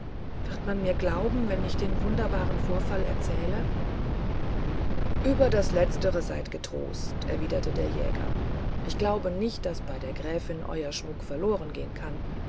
wird man mir glauben wenn ich den wunderbaren vorfall erzähle über das letztere seid getrost erwiderte der jäger ich glaube nicht daß bei der gräfin euer schmuck verlorengehen kann